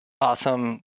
awesome